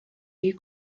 you